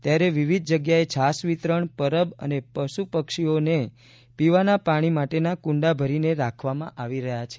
ત્યારે વિવિધ જગ્યાએ છાશ વિતરણ પરબ અને પશુ પક્ષીઓને પીવાના પાણી માટેના કુંડા ભરીને રાખવામાં આવી રહ્યા છે